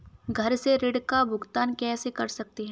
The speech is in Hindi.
घर से ऋण का भुगतान कैसे कर सकते हैं?